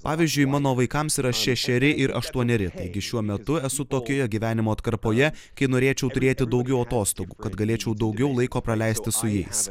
pavyzdžiui mano vaikams yra šešeri ir aštuoneri taigi šiuo metu esu tokioje gyvenimo atkarpoje kai norėčiau turėti daugiau atostogų kad galėčiau daugiau laiko praleisti su jais